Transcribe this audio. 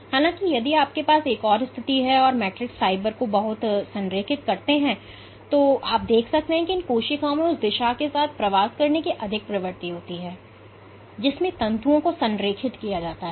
हालाँकि यदि आपके पास एक और स्थिति है तो आप मैट्रिक्स फाइबर को बहुत संरेखित करते हैं तब आप देख सकते हैं कि इन कोशिकाओं में उस दिशा के साथ प्रवास करने की अधिक प्रवृत्ति होती है जिसमें तंतुओं को संरेखित किया जाता है